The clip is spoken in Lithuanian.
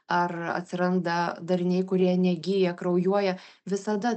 ar atsiranda dariniai kurie negyja kraujuoja visada